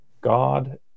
God